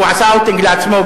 הוא עשה "אאוטינג" לעצמו.